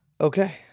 okay